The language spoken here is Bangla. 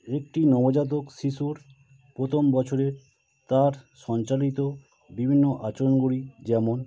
একটি নবজাতক শিশুর প্রথম বছরের তার সঞ্চালিত বিভিন্ন আচরণগুলি যেমন